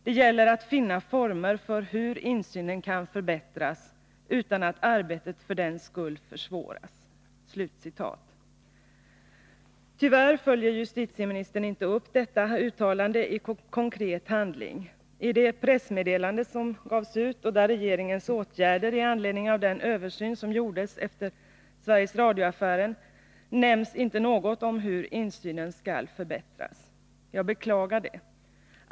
Det gäller att finna former för hur insynen kan förbättras, utan att arbetet för den skull försvåras.” Tyvärr följer justitieministern inte upp detta uttalande i konkret handling. I det pressmeddelande som getts ut om regeringens åtgärder i anledning av den översyn som gjordes efter Sveriges Radio-affären nämns inte något om hur insynen skall förbättras. Jag beklagar det.